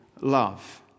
love